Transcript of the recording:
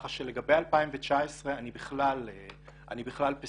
ככה שלגבי 2019 אני בכלל פסימי.